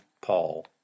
Paul